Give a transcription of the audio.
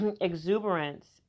exuberance